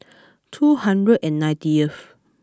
two hundred and ninetieth